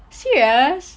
serious